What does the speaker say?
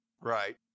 Right